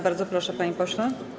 Bardzo proszę, panie pośle.